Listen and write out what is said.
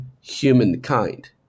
humankind